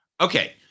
Okay